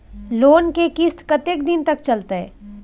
Loan के किस्त कत्ते दिन तक चलते?